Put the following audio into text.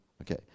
Okay